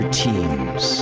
teams